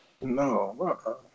No